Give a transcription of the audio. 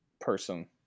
person